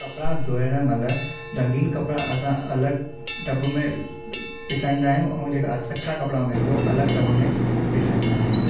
कपिड़ा धोइण महिल रंगीन कपिड़ा असां अलॻि टब में पुसाईंदा आहियूं ऐं जेका अछा कपिड़ा हूंदा आहिनि उहो अलॻि टब में पुसाईंदा आहियूं